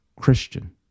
Christian